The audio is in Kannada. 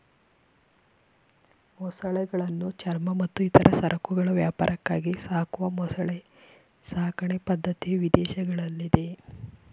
ಮೊಸಳೆಗಳನ್ನು ಚರ್ಮ ಮತ್ತು ಇತರ ಸರಕುಗಳ ವ್ಯಾಪಾರಕ್ಕಾಗಿ ಸಾಕುವ ಮೊಸಳೆ ಸಾಕಣೆ ಪದ್ಧತಿಯು ವಿದೇಶಗಳಲ್ಲಿದೆ